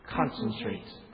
Concentrate